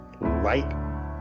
light